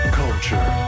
culture